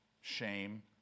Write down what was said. shame